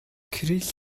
кирилл